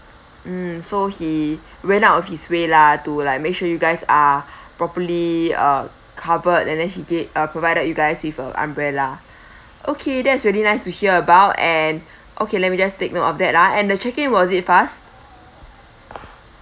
mm so he went out of his way lah to like make sure you guys are properly uh covered and then he ga~ uh provided you guys with uh umbrella okay that's really nice to hear about and okay let me just take note of that ah and the check in was it fast